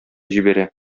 җибәрә